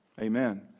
Amen